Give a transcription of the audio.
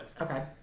Okay